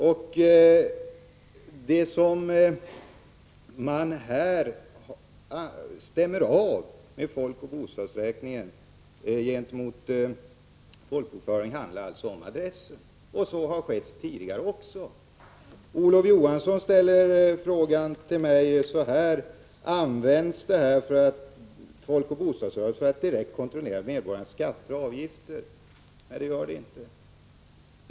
När man här stämmer av uppgifter från folkoch bostadsräkningen mot folkbokföringen handlar det om adresser. En sådan kontroll har också skett tidigare. Olof Johansson frågade mig om folkoch bostadsräkningen används för att direkt kontrollera medborgarnas skatter och avgifter. Nej, det gör den inte.